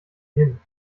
hin